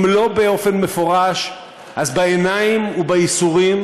אם לא באופן מפורש אז בעיניים ובייסורים,